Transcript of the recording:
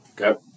Okay